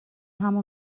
همون